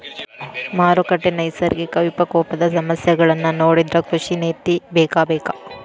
ಮಾರುಕಟ್ಟೆ, ನೈಸರ್ಗಿಕ ವಿಪಕೋಪದ ಸಮಸ್ಯೆಗಳನ್ನಾ ನೊಡಿದ್ರ ಕೃಷಿ ನೇತಿ ಬೇಕಬೇಕ